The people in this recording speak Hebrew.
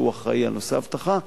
שהוא אחראי על נושא אבטחה,